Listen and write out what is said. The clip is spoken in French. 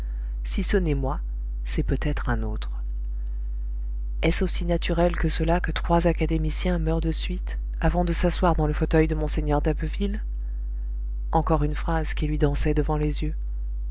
si ce n'est moi c'est peut-être un autre est-ce aussi naturel que cela que trois académiciens meurent de suite avant de s'asseoir dans le fauteuil de mgr d'abbeville encore une phrase qui lui dansait devant les yeux